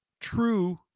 true